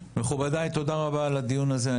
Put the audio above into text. מכובדיי, תודה רבה על הדיון הזה.